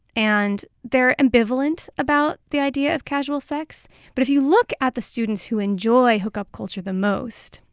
and they're ambivalent about the idea of casual sex but if you look at the students who enjoy hookup culture the most,